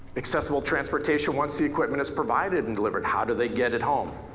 accessible transportation once the equipment is provided and delivered. how do they get it home?